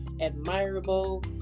admirable